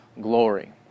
glory